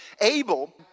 Abel